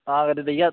आखदे